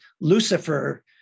Lucifer